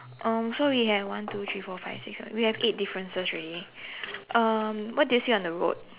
um so we have one two three four five six seven we have eight differences already um what do you see on the road